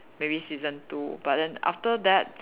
maybe season two but then after that